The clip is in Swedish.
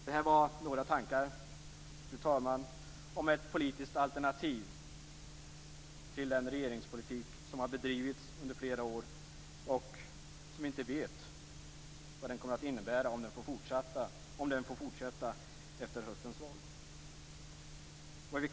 Det här var några tankar om ett politiskt alternativ till den regeringspolitik som har bedrivits under flera år och som vi inte vet vad den kommer att innebära om den drivs vidare efter höstens val.